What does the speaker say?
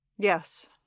Yes